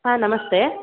ಹಾಂ ನಮಸ್ತೇ